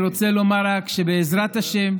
שבעזרת השם,